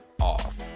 off